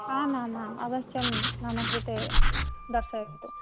आमामाम् अवश्यं मम कृते दर्शयन्तु